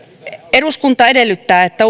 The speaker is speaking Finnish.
eduskunta edellyttää että